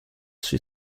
she